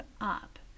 up